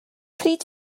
pryd